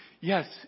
Yes